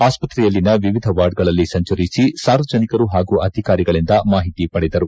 ಆಸ್ಪತ್ರೆಯಲ್ಲಿನ ವಾರ್ಡ್ಗಳಲ್ಲಿ ಸಂಚರಿಸಿಸಾರ್ವಜನಿಕರು ಪಾಗೂ ಅಧಿಕಾರಿಗಳಿಂದ ಮಾಹಿತಿ ಪಡೆದರು